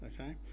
Okay